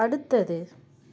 அடுத்தது